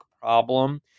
problem